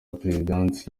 perezidansi